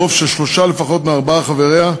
ברוב של שלושה לפחות מארבעת חבריה,